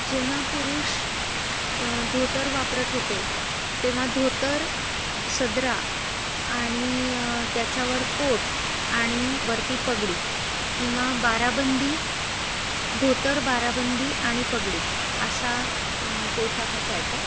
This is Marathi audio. जेव्हा पुरुष धोतर वापरत होते तेव्हा धोतर सदरा आणि त्याच्यावर कोट आणि वरती पगडी किंवा बाराबंदी धोतर बाराबंदी आणि पगडी असा पोशाख असायचा